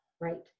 Right